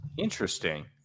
Interesting